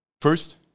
First